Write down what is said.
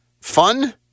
fun